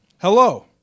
Hello